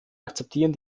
akzeptieren